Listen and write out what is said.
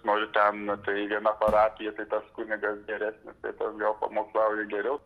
noriu ten nu tai viena parapija tai tas kunigas geresnis ten gal pamokslauja geriau